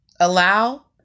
allow